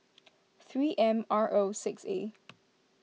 three M R O six A